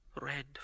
Red